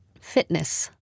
fitness